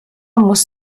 muss